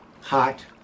hot